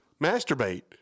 masturbate